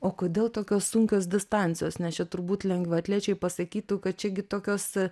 o kodėl tokios sunkios distancijos nes čia turbūt lengvaatlečiai pasakytų kad čia gi tokios